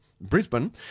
Brisbane